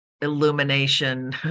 illumination